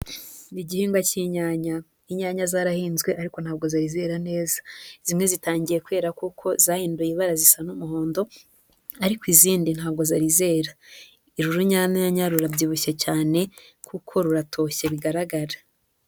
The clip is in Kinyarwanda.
Igihingwa cy'inyanya, inyanya zarahinzwe ariko ntabwo zari zera neza, zimwe zitangiye kwera kuko zahinduye ibara zisa n'umuhondo ariko izindi ntabwo zari zera. Uru runyanya rurabyibushye cyane kuko ruratoshye bigaragara.